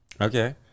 Okay